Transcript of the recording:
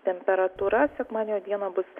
temperatūra sekmadienio dieną bus